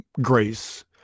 grace